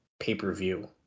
pay-per-view